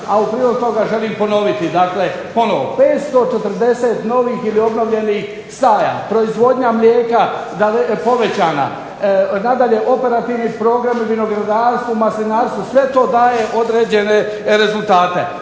a u prilog toga želim ponoviti. Dakle, ponovno 540 novih ili obnovljenih staja, proizvodnja mlijeka povećana. Nadalje, operativni programi u vinogradarstvu, maslinarstvu, sve to daje određene rezultate.